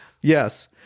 Yes